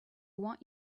want